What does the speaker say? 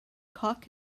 cock